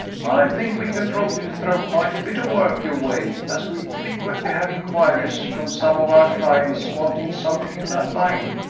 i think we can probably throw quite a bit of work your way, as we frequently have inquiries from some of our clients wanting something in that line.